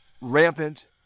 rampant